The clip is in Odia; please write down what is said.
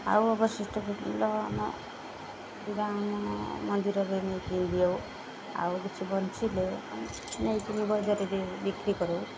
ଆଉ ଅବଶିଷ୍ଟ ଫୁଲ ଆମ ଫୁଲ ଆମ ମନ୍ଦିରରେ ନେଇକରି ଦେଉ ଆଉ କିଛି ବଞ୍ଚିଲେ ନେଇକରି ବଜାରରେ ବି ବିକ୍ରି କରୁ